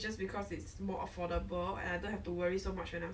like you were saying in japan like I I'm